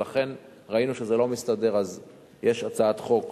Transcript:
ולכן כשראינו שזה לא מסתדר אז יש הצעת חוק